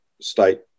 state